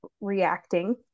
reacting